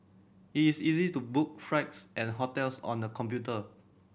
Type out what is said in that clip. it is easy to book flights and hotels on the computer